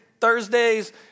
Thursdays